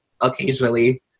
occasionally